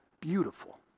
beautiful